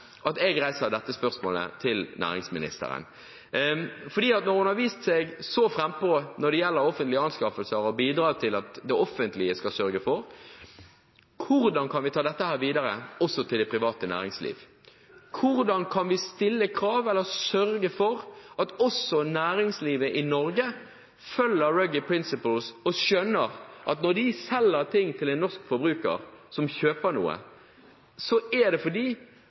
reiser jeg dette spørsmålet til næringsministeren. Hun har vist seg å være frampå når det gjelder offentlige anskaffelser og bidrag til at det offentlige skal sørge for dette. Hvordan kan man da ta dette videre, også til det private næringsliv? Hvordan kan man stille krav eller sørge for at også næringslivet i Norge følger Ruggies «Principles» og skjønner at når man selger ting til en norsk forbruker, skal produktene og tjenestene som selges, ha vært tilvirket på en måte som ikke innebærer at arbeiderne er utsatt for